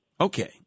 Okay